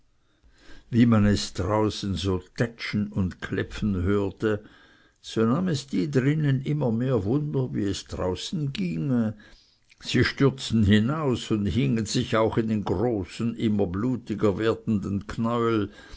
wie man es draußen so tätschen und klepfen hörte so nahm es die drinnen immer mehr wunder wie es draußen ginge sie stürzten hinaus und hingen sich auch in den großen immer blutiger werdenden knäuel